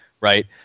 right